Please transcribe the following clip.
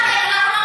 אתה כן.